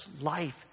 life